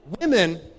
Women